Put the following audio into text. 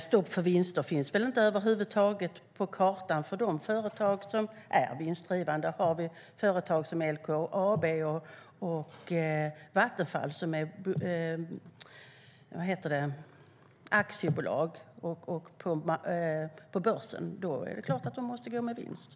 Herr talman! Det finns väl över huvud taget inte något stopp för vinster på kartan för de företag som är vinstdrivande. LKAB och Vattenfall är aktiebolag och noterade på börsen. Då är det klart att de måste gå med vinst.